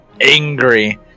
angry